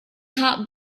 heart